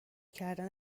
کردن